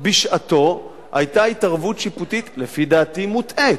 בשעתו היה התערבות שיפוטית, לפי דעתי מוטעית,